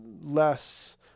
less